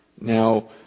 Now